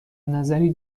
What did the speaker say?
نظری